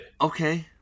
Okay